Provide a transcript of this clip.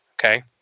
okay